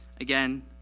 Again